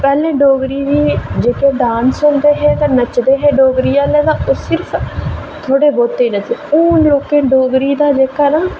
पैह्लें डोगरी दे जेह्के डांस होंदे हे ते नच्चदे हे डोगरी आह्ले ते ओह् सिर्फ थोह्ड़े बहुते हून ते डोगरी आह्लें तां